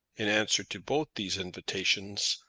in answer to both these invitations,